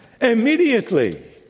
immediately